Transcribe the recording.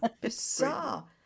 Bizarre